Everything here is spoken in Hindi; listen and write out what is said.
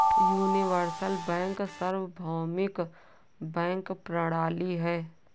यूनिवर्सल बैंक सार्वभौमिक बैंक प्रणाली है